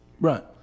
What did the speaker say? right